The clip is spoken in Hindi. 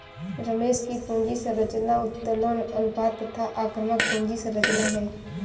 रमेश की पूंजी संरचना उत्तोलन अनुपात तथा आक्रामक पूंजी संरचना है